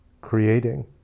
creating